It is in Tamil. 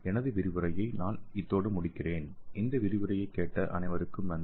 எனது விரிவுரையை நான் இத்தோடு முடிக்கிறேன் இந்த விரிவுரையை கேட்ட அனைவருக்கும் நன்றி